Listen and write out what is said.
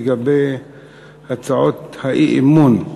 לגבי הצעות האי-אמון.